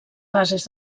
fases